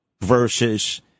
versus